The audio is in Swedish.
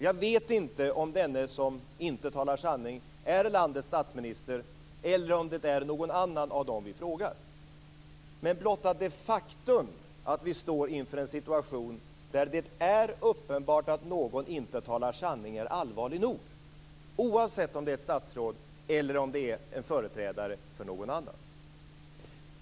Jag vet inte om denne som inte talar sanning är landets statsminister eller om det är någon annan av dem vi har frågat. Men blott det faktum att vi står inför en situation där det är uppenbart att någon inte talar sanning är allvarlig nog, oavsett om det är ett statsråd eller om det är någon annan.